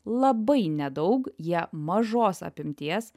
labai nedaug jie mažos apimties